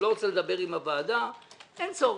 הוא לא רוצה לדבר עם הוועדה, אין צורך.